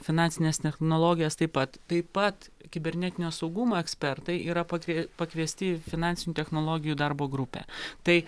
finansines technologijas taip pat taip pat kibernetinio saugumo ekspertai yra pakvie pakviesti į finansinių technologijų darbo grupę tai